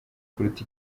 kuruta